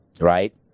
Right